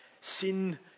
Sin